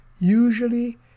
usually